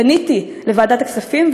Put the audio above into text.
פניתי לוועדת הכספים,